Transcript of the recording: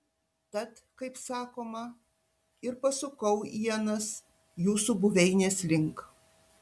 tad kaip sakoma ir pasukau ienas jūsų buveinės link